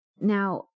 now